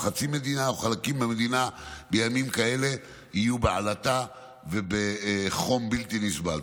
חצי מדינה או חלקים מהמדינה בימים כאלה יהיו בעלטה ובחום בלתי נסבל.